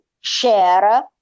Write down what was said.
share